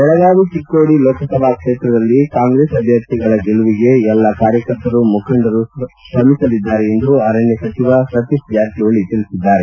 ಬೆಳಗಾವಿ ಚಿಕ್ಕೋಡಿ ಲೋಕಸಭಾ ಕ್ಷೇತ್ರದಲ್ಲಿ ಕಾಂಗ್ರೆಸ್ ಅಭ್ವರ್ಥಿಗಳ ಗೆಲುವಿಗೆ ಎಲ್ಲ ಕಾರ್ಯಕರ್ತರು ಮುಖಂಡರು ತ್ರಮಿಸಲಿದ್ದಾರೆ ಎಂದು ಅರಣ್ಣ ಸಚಿವ ಸತೀಶ್ ಜಾರಕಿಹೊಳಿ ಹೇಳಿದ್ದಾರೆ